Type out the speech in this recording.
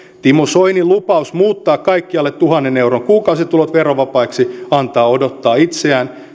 timo soinin lupaus muuttaa kaikki alle tuhannen euron kuukausitulot verovapaiksi antaa odottaa itseään